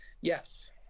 Yes